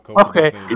okay